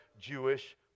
Jewish